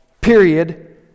period